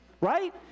right